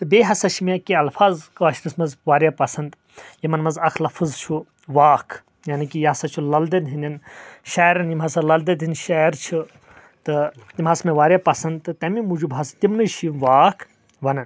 تہٕ بییٚہِ ہسا چھِ مےٚ کینٛہہ الفاظ کٲشرِس منٛز واریاہ پسنٛد یِمن منٛز اکھ لفظ چھُ واکھ یعنی کہِ یہِ ہسا چھُ لل دٮ۪د ہنٛدٮ۪ن شعرن یِم ہسا لل دٮ۪د ہٕنٛدۍ شعر چھِ تہِ تِم آسہٕ مےٚ واریاہ پسنٛد تہٕ تمے موٗجوب حظ تمنے چھِ واکھ ونان